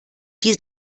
die